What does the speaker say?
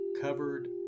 covered